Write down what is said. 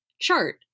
chart